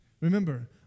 Remember